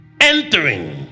entering